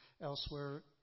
elsewhere